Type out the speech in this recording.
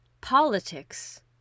politics